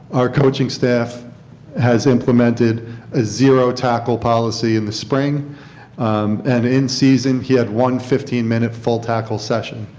our coaching staff has implement it a zero tackle policy in the spring and in season, he had one fifteen minute full tackle session.